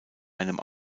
einem